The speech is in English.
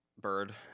Bird